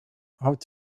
hout